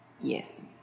Yes